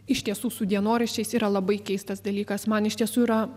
iš tiesų su dienoraščiais yra labai keistas dalykas man iš tiesų yra